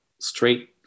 straight